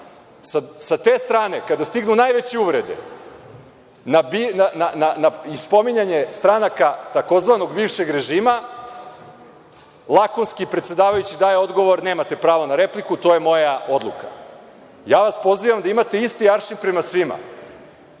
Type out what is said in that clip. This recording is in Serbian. Sa te strane kada stignu najveće uvrede na spominjanje stranaka tzv. „bivšeg režima“ , lakonski predsedavajući daje odgovor – nemate pravo na repliku, to je moja odluka. Ja vas pozivam da imate isti aršin prema svima.